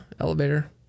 elevator